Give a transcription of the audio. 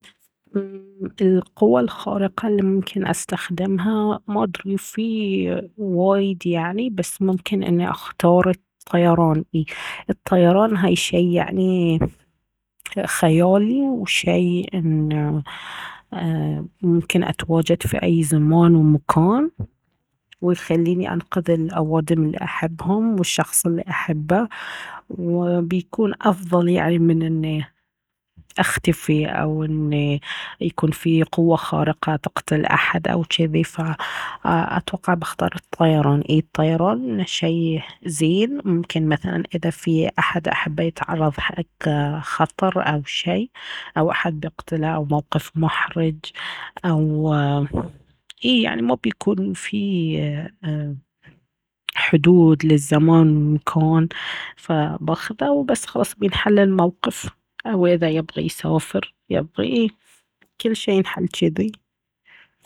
امم القوة الخارقة اللي ممكن استخدمها ما ادري في وايد يعني بس ممكن اني اختار الطيران الطيران هاي شي يعني خيالي وشي ان ايه ممكن اتواجد في اي زمان ومكان ويخليني انقذ الأوادم الي احبهم والشخص اللي احبه وبيكون افضل يعني من اني اختفي او اني يكون في قوة خارقة تقتل احد او جذي فأتوقع بختار الطيران اي الطيران شي زين ممكن مثلا اذا في احد احبه يتعرض حق خطر او شي او احد بيقتله او موقف محرج او اي يعني ما بيكون فيه حدود للزمان والمكان فباخدها وبس خلاص بينحل الموقف او اذا يبغي يسافر يبغي اي كل شي ينحل جذي